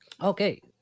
Okay